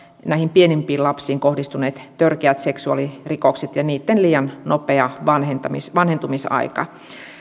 pienimpiin lapsiin kohdistuneet törkeät seksuaalirikokset ja niitten liian nopea vanhentumisaika vanhentumisaika